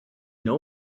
know